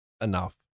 enough